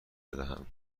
بدهم